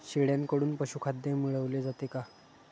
शेळ्यांकडून पशुखाद्य मिळवले जाते का?